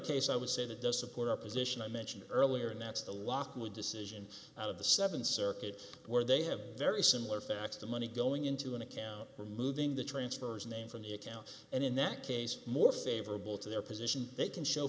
case i would say that does support our position i mentioned earlier and that's the lock we decision out of the seven circuit where they have very similar facts the money going into an account removing the transfers name from the account and in that case more favorable to their position they can show